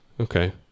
Okay